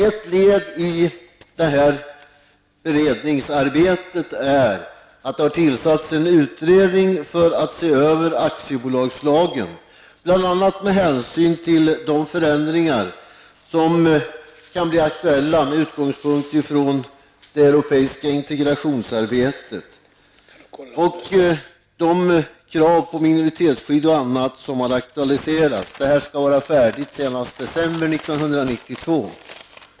Ett led i detta beredningsarbete är att en utredning har tillsatts för att se över aktiebolagslagen, bl.a. med hänsyn till de förändringar som kan bli aktuella med utgångspunkt i det europeiska integrationsarbetet och de krav på minoritetsskydd och annat som har aktualiserats. Detta arbete skall vara färdigt senast i december år 1992.